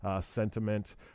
sentiment